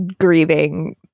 grieving